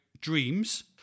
dreams